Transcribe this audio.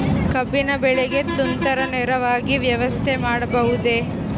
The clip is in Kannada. ಕಬ್ಬಿನ ಬೆಳೆಗೆ ತುಂತುರು ನೇರಾವರಿ ವ್ಯವಸ್ಥೆ ಮಾಡಬಹುದೇ?